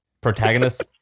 protagonist